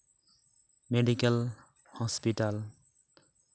medical hospital